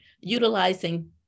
utilizing